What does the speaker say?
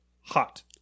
Hot